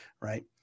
Right